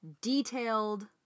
detailed